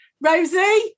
Rosie